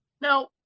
now